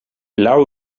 laŭ